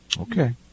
Okay